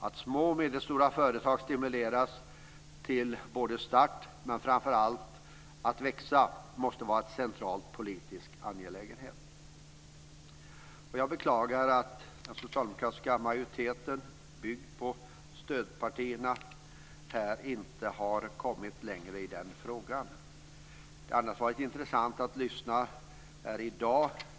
Att små och medelstora företag stimuleras till start men framför allt till att växa måste vara en central politisk angelägenhet. Jag beklagar att den socialdemokratiska majoriteten, byggd på stödpartierna, inte har kommit längre i denna fråga. Det har annars varit intressant att lyssna här i dag.